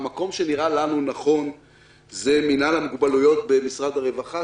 המקום שנראה לנו נכון הוא מינהל המוגבלויות במשרד הרווחה,